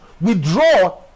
withdraw